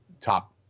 top